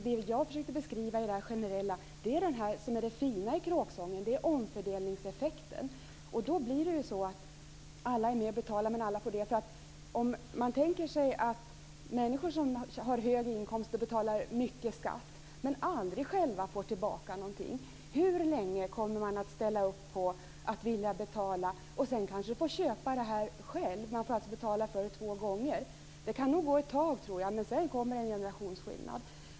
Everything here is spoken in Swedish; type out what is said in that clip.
Det jag försökte beskriva är det generella som är det fina i kråksången, nämligen omfördelningseffekten. Alla är med och betalar, men alla får också del. Om man tänker sig människor som har hög inkomst och betalar mycket i skatt men aldrig själva får tillbaka någonting, hur länge kommer de att ställa upp på att betala och sedan få köpa det själv? De får alltså betala för det två gånger. Det kan nog gå ett tag. Men sedan kommer en generationsskillnad.